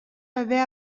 haver